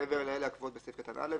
מעבר לאלה הקבועות בסעיף קטן (א),